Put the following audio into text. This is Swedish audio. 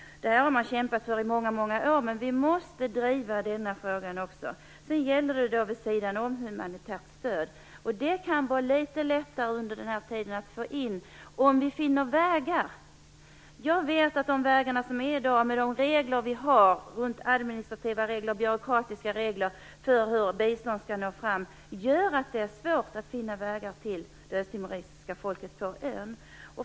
Det har man kämpat för i många år, men vi måste driva denna fråga också. Sedan gällde det, vid sidan om, humanitärt stöd. Det kan under den här tiden vara litet lättare att få in, om vi finner vägar. Jag vet att de administrativa och byråkratiska regler som vi har för hur bistånd skall nå fram gör att det är svårt att finna vägar till det östtimoresiska folket på ön.